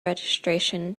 registration